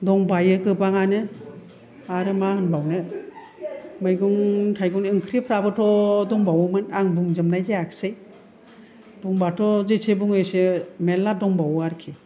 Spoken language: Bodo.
दंबावो गोबांआनो आरो मा होनबावनो मैगं थाइगंनि ओंख्रिफोराबोथ' दंबावोमोन आं बुंजोबनाय जायाखिसै बुंबाथ' जेसे बुङो एसे मेल्ला दंबावो आरोखि